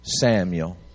Samuel